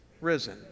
risen